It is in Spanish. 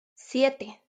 siete